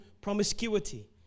promiscuity